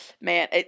Man